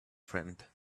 friend